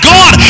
God